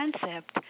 concept